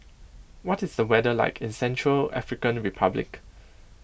what is the weather like in Central African Republic